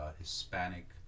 Hispanic